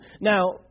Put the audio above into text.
Now